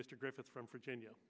mr griffith from virginia